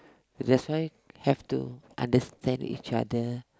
that's why have to understand if you are the